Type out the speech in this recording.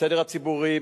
בסדר הציבורי,